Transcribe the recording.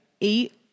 eight